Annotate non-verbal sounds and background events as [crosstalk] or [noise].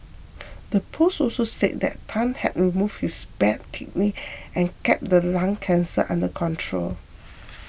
the post also said that Tan had removed his bad kidney and kept the lung cancer under control [noise]